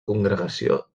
congregació